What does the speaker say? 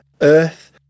Earth